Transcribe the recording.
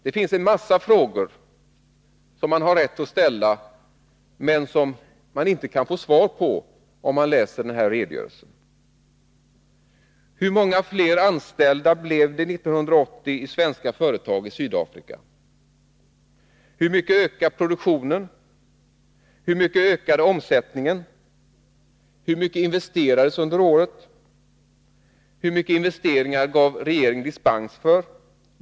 Det finns en mängd frågor som man har rätt att ställa men som man inte kan få svar på, om man läser den här redogörelsen. Hur många fler anställda blev det 1980 i svenska företag i Sydafrika? Hur mycket ökade produktionen? Hur mycket ökade omsättningen? Hur mycket investerades under året? Hur mycket investeringar gav regeringen dispens för?